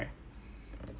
very ridiculous [one]